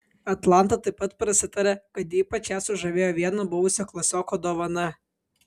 atlanta taip pat prasitarė kad ypač ją sužavėjo vieno buvusio klasioko dovana